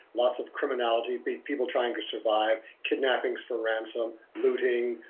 lots of criminality, but people trying to survive, kidnappings for ransom, looting,